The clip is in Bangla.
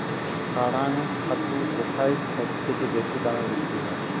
কাড়াং ছাতু কোথায় সবথেকে বেশি দামে বিক্রি হয়?